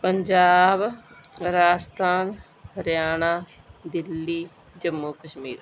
Punjab Rajasthan Haryana Delhi Jammu Kashmir